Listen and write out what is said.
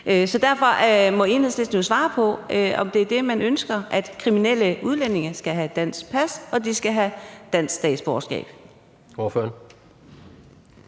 Derfor må Enhedslisten jo svare på, om det er det, man ønsker, altså at kriminelle udlændinge skal have dansk pas, og at de skal have dansk statsborgerskab.